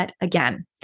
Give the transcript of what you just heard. again